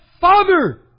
Father